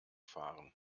fahren